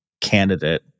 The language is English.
candidate